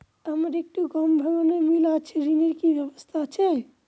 আমার একটি গম ভাঙানোর মিল আছে ঋণের কি ব্যবস্থা আছে?